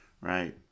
right